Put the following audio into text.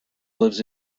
lives